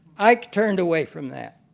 ike turned away from that.